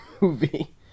movie